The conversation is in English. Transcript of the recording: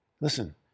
Listen